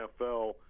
NFL